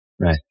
Right